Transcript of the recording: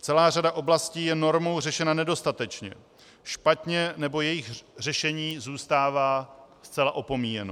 Celá řada oblastí je normou řešena nedostatečně, špatně, nebo jejich řešení zůstává zcela opomíjeno.